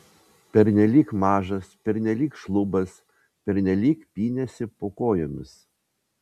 pernelyg mažas pernelyg šlubas pernelyg pynėsi po kojomis